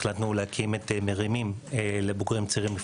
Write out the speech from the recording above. שנה וחצי החלטנו להקים את ׳מרימים׳ לבוגרים צעירים,